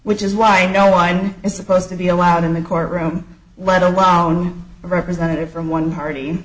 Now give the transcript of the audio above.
which is why no one is supposed to be allowed in the courtroom let alone a representative from one party